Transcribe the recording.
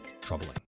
troubling